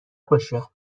باشه